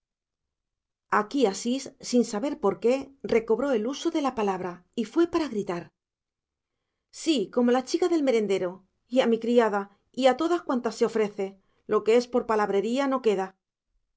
aquí asís sin saber por qué recobró el uso de la palabra y fue para gritar sí como a la chica del merendero y a mi criada y a todas cuantas se ofrece lo que es por palabrería no queda